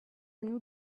nous